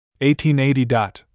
1880